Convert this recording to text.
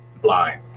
Blind